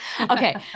okay